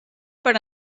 per